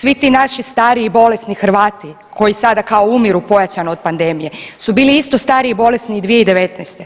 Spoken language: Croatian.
Svi ti naši stari i bolesni Hrvati koji sada kao umiru pojačano od pandemije su bili isto stari i bolesni i 2019.,